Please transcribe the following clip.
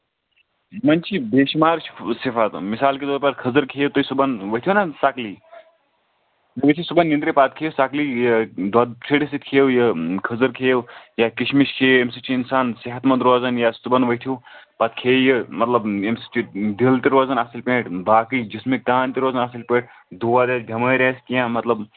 یِمن چھِ بے شُمار صِفت مثال کے طور پر کھٔزٕر کھٮ۪یو تُہۍ صبُحن ؤتھو نہ سَکلی تُہۍ ؤتھو صبُحن ننٛدرِ پتہٕ کھٮ۪یِو سَکلی دۄد پھیٖرِس سۭتۍ کھٮ۪یو یہِ کھٔزٕر کھٮ۪یو یا کِشمِش کھٮ۪یو اَمہِ سۭتۍ چھُ اِنسان صحت منٛد روزان یا صبُحن ؤتھِو پَتہٕ کھٮ۪یو یہِ مطلب اَمہِ سۭتۍ چھُ دل تہِ روزان اَصٕل پٲٹھۍ باقٕے جسمٕکۍ تان تہِ روزان اَصٕل پٲٹھۍ دود آسہِ بیمٲرۍ اَسہِ کیٚںہہ مطلب